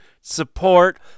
support